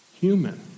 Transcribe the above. human